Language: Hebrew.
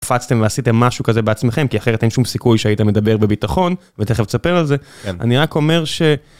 קפצתם ועשיתם משהו כזה בעצמכם כי אחרת אין שום סיכוי שהיית מדבר בביטחון ותכף תספר על זה. אני רק אומר ש...